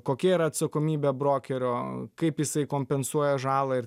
kokia yra atsakomybė brokerio kaip jisai kompensuoja žalą ir